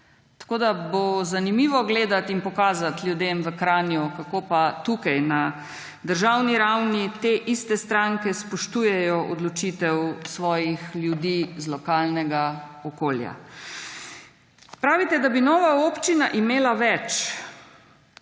in SDS. Zanimivo bo gledati in pokazati ljudem v Kranju, kako pa tukaj, na državni ravni te iste stranke spoštujejo odločitev svojih ljudi iz lokalnega okolja. Pravite, da bi nova občina imela več,